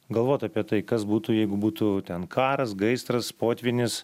galvot apie tai kas būtų jeigu būtų ten karas gaisras potvynis